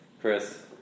Chris